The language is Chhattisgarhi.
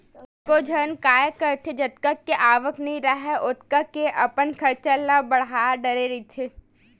कतको झन काय करथे जतका के आवक नइ राहय ओतका के अपन खरचा ल बड़हा डरे रहिथे